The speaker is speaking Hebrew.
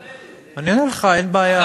אני רוצה שתענה לי.